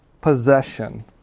possession